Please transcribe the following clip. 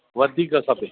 वधीक खपे